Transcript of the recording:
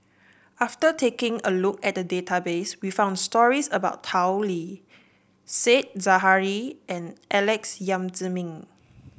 after taking a look at database we found stories about Tao Li Said Zahari and Alex Yam Ziming